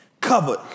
covered